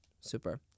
Super